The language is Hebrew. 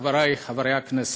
חברי חברי הכנסת,